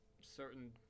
certain